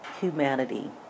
humanity